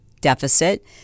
deficit